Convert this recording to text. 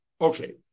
Okay